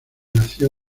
nació